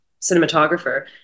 cinematographer